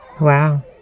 Wow